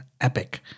epic